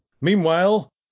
Meanwhile